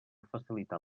facilitar